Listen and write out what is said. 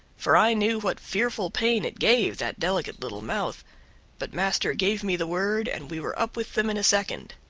for i knew what fearful pain it gave that delicate little mouth but master gave me the word, and we were up with him in a second.